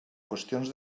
qüestions